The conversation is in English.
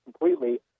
completely